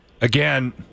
again